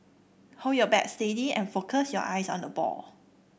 hold your bat steady and focus your eyes on the ball